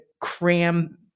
cram